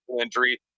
injury